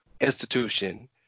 institution